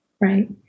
Right